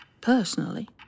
Personally